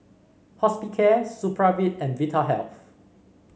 Hospicare Supravit and Vitahealth